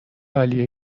عالیه